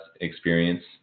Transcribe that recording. experience